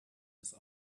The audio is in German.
ist